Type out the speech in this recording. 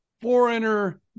foreigner